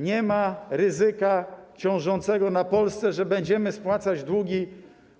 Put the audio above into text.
Nie ma ryzyka ciążącego na Polsce, że będziemy spłacać długi